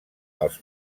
els